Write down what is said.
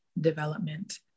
development